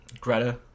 Greta